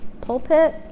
pulpit